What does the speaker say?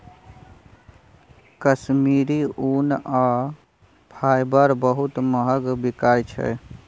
कश्मीरी ऊन आ फाईबर बहुत महग बिकाई छै